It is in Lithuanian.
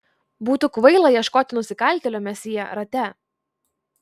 būtų kvaila ieškoti nusikaltėlio mesjė rate